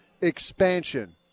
expansion